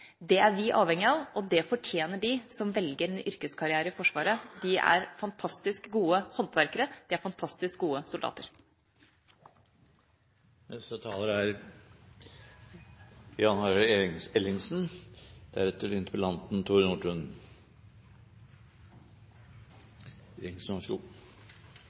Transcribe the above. Det er vi avhengig av, og det fortjener de som velger en yrkeskarriere i Forsvaret. De er fantastisk gode håndverkere, de er fantastisk gode soldater. Jeg regner med at representanten Nordtun er